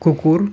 কুকুর